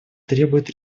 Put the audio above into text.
требует